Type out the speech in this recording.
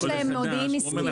יש להם מודיעין עסקי,